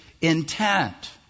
intent